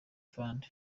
fund